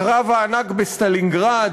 קרב הענק בסטלינגרד,